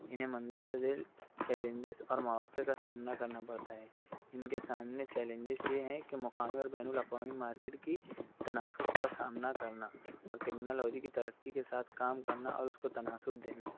انہیں مندرجہ ذیل چیلنجز اور مواقع کا سامنا کرنا پڑتا ہے ان کے سامنے چیلنجز یہ ہیں کہ مقامی اور بین الاقوامی مارکیٹ کی تناسب کا سامنا کرنا اور ٹیکنالوجی کی ترقی کے ساتھ کام کرنا اور اس کوتناسب دینا